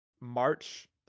march